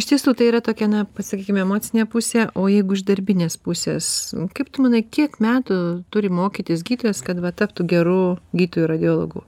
iš tiesų tai yra tokia na pasakykim emocinė pusė o jeigu iš darbinės pusės kaip tu manai kiek metų turi mokytis gydytojas kad taptų geru gydytoju radiologu